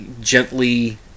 gently